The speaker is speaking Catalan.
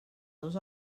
dos